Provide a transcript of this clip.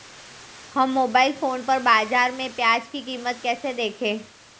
हम mobile phone पर बाज़ार में प्याज़ की कीमत कैसे देखें?